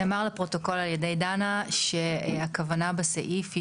נאמר לפרוטוקול על ידי דנה שהכוונה בסעיף היא